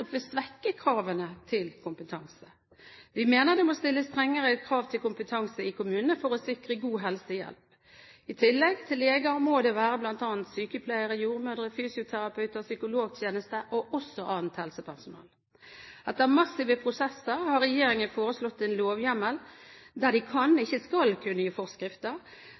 svekke kravene til kompetanse. Vi mener det må stilles strengere krav til kompetanse i kommunene for å sikre god helsehjelp. I tillegg til leger må det være bl.a. sykepleiere, jordmødre, fysioterapeuter, psykologtjeneste og annet helsepersonell. Etter massive protester har regjeringen foreslått en lovhjemmel der de kan, ikke skal, gi forskrifter,